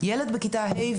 ילד בכיתה ה',